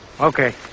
Okay